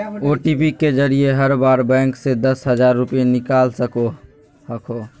OTP के जरिए हर बार बैंक से दस हजार रुपए निकाल सको हखो